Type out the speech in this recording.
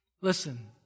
Listen